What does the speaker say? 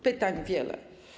Pytań wiele.